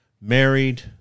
married